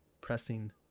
pressing